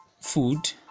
food